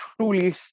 truly